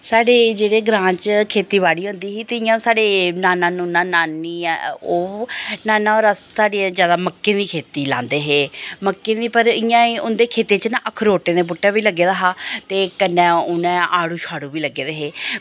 साढ़े जेह्ड़ी ग्रांऽ च खेतीबाड़ी होंदी ही ते इयां साढ़े नाना नूना नानी ओह् नाना होर अस साढ़े जादा मक्कें दी खेती लांदे हे मक्कें दी पर इ'यां उं'दे खेत्तें च न अखरोटें दा बूह्टा बी लग्गे दा हा ते कन्नै उन्नै आड़ू साड़ू बी लग्गे दे हे